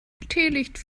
teelicht